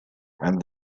and